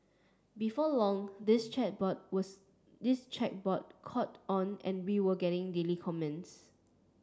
before long this chat board was this chat board caught on and we were getting daily comments